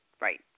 right